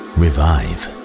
revive